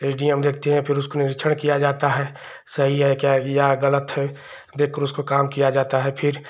S D M देखते हैं फिर उसको निरीक्षण किया जाता है सही है कि या गलत है देखकर उसको काम किया जाता है फिर